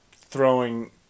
throwing